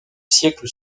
siècle